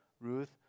Ruth